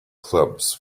clubs